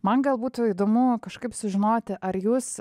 man gal būtų įdomu kažkaip sužinoti ar jūs